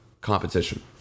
competition